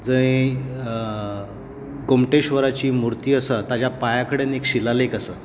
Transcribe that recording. जंय कुमटेश्वाराची मुर्ती आसा ताज्या पांया कडेन एक शिलालेख आसा